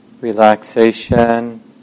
relaxation